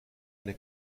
eine